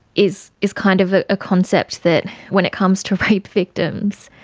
is is kind of a ah concept that when it comes to rape victims,